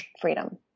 freedom